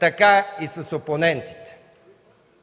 така и с опонентите.